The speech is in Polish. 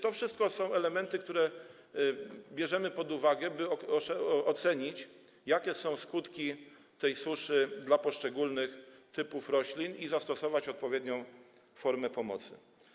To wszystko są elementy, które bierzemy pod uwagę, by ocenić, jakie są skutki tej suszy dla poszczególnych typów roślin, i zastosować odpowiednią formę pomocy.